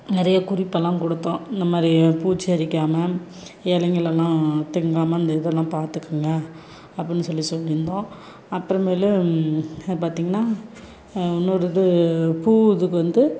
நிறைய குறிப்பெல்லாம் கொடுத்தோம் இந்த மாதிரி பூச்சு அரிக்காமல் இலைங்களலாம் திங்காமல் அந்த இதெல்லாம் பார்த்துக்கங்க அப்படின்னு சொல்லி சொல்லிருந்தோம் அப்புறமேலு பார்த்திங்கன்னா இன்னொரு இது பூ இதுக்கு வந்து